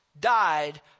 died